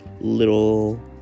little